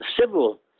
civil